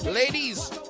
Ladies